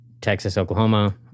Texas-Oklahoma